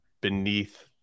beneath